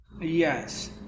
Yes